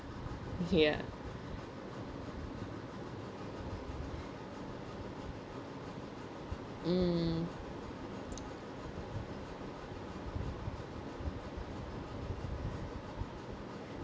ya mm